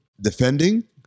Defending